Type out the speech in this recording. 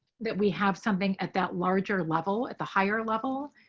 that we have something at that larger level at the higher level